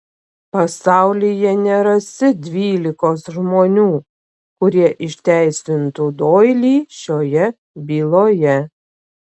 pasaulyje nerasi dvylikos žmonių kurie išteisintų doilį šioje byloje